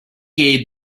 gave